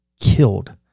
killed